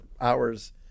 hours